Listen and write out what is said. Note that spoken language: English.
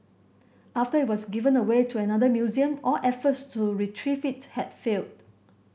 after it was given away to another museum all efforts to retrieve it had failed